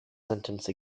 sentence